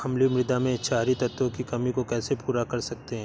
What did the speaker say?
अम्लीय मृदा में क्षारीए तत्वों की कमी को कैसे पूरा कर सकते हैं?